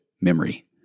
memory